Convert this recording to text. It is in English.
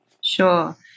Sure